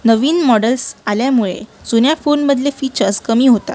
नवीन models आल्यामुळे जुन्या फोनमधले फीचर्स कमी होतात